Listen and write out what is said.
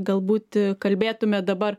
galbūt kalbėtume dabar